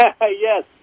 yes